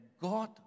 God